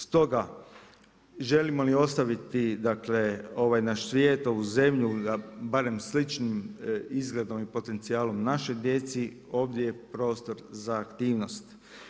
Stoga želimo li ostaviti ovaj naš svijet, ovu zemlju barem sličnim izgledom i potencijalom našoj djeci, ovdje je prostor za aktivnost.